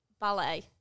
Ballet